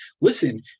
listen